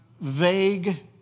vague